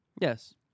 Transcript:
Yes